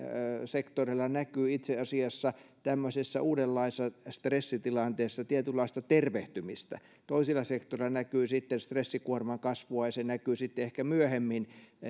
sektoreilla näkyy itse asiassa tämmöisessä uudenlaisessa stressitilanteessa tietynlaista tervehtymistä toisilla sektoreilla näkyy sitten stressikuorman kasvua ja se näkyy sitten ehkä myöhemmin